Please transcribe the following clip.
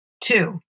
Two